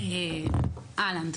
בבקשה.